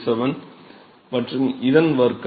மற்றும் இதன் வர்க்கம்